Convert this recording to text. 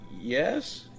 yes